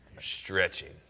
stretching